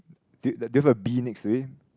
do you do you have a bee next to him